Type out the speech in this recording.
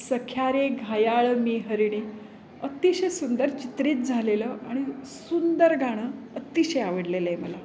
सख्या रे घायाळ मी हरिणी अतिशय सुंदर चित्रीत झालेलं आणि सुंदर गाणं अतिशय आवडलेलं आहे मला